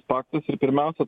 paktas ir pirmiausia